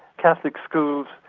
catholic schools,